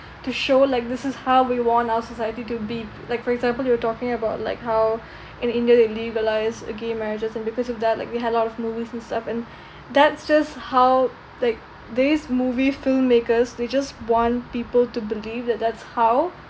to show like this is how we want our society to be like for example you're talking about like how in india they legalize gay marriages and because of that like we had a lot of movies and stuff and that's just how like these movie filmmakers they just want people to believe that that's how